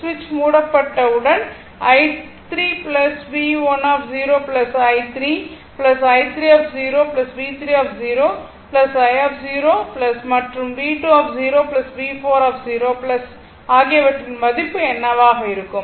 சுவிட்ச் மூடப்பட்டவுடன் i3 V1 i3 i3 V3 i4 மற்றும் V2 V4 ஆகியவற்றின் மதிப்பு என்னவாக இருக்கும்